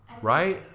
Right